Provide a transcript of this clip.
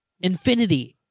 Infinity